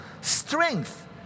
Strength